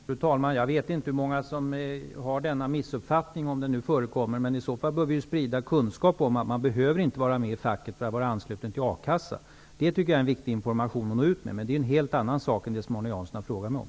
Fru talman! Jag vet inte hur många som har denna missuppfattning, om den nu förekommer. I så fall bör vi sprida kunskap om att man inte behöver vara med i facket för att vara ansluten till a-kassa. Det är en viktig information att nå ut med. Men det är en helt annan sak än det som Arne Jansson har frågat mig om.